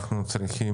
אנחנו צריכים,